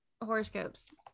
horoscopes